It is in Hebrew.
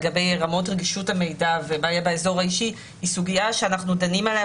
לגבי רמות רגישות המידע ומה יהיה באזור האישי היא סוגיה שאנחנו דנים בה,